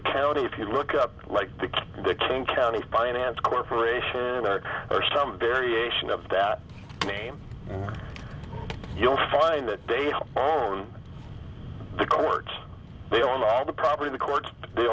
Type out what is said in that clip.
the county to look up like the king county finance corporation or some variation of that name you'll find that they home the courts they own all the property the courts they